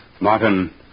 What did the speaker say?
Martin